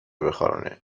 بخارونه